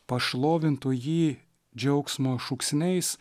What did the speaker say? pašlovintų jį džiaugsmo šūksniais